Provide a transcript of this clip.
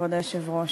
כבוד היושב-ראש,